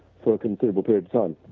for a considerable period um